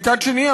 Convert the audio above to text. ומצד שני,